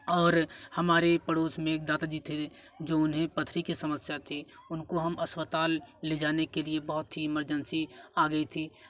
और हमारे पड़ोस में एक दादाजी थे जो उन्हें पथरी की समस्या थी उनको हम अस्पताल ले जाने के लिए बहुत ही इमरजेंसी आ गई थी